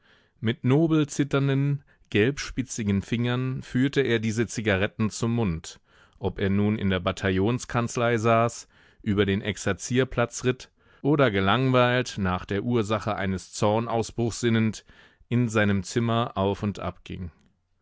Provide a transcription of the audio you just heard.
mit nobel zitternden gelbspitzigen fingern führte er diese zigaretten zum mund ob er nun in der bataillonskanzlei saß über den exerzierplatz ritt oder gelangweilt nach der ursache eines zornausbruchs sinnend in seinem zimmer auf und abging